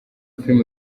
filimi